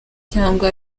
cyangwa